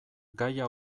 gaia